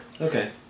Okay